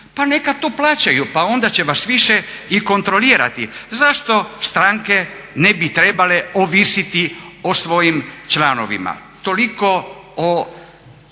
pa neka to plaćaju, pa onda će vas više i kontrolirati. Zašto stranke ne bi trebale ovisiti o svojim članovima? Toliko o